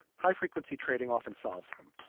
high-frequency trading often solves them.